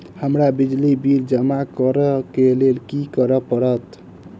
हमरा बिजली बिल जमा करऽ केँ लेल की करऽ पड़त?